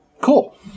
Cool